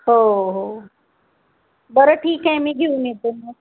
हो हो बरं ठीक आहे मी घेऊन येतो मग